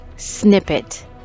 snippet